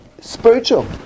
spiritual